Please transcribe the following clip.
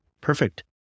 Perfect